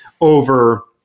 over